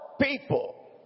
people